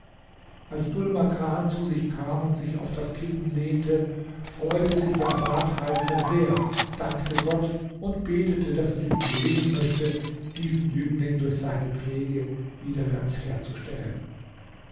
als dhul makan zu sich kam und sich auf das kissen lehnte freute sich der badheizer sehr dankte gott und betete daß es ihm gelingen möchte diesen jüngling durch seine pflege wieder ganz herzustellen